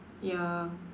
ya